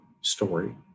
story